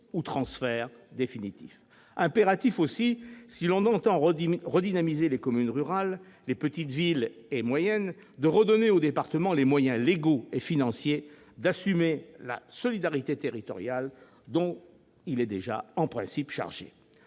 ou transfert définitif ? Il est impératif aussi, si l'on entend redynamiser les communes rurales, les villes petites et moyennes, de redonner aux départements les moyens légaux et financiers d'assumer la « solidarité territoriale » dont ils ont déjà en principe la charge.